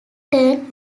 turn